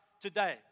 today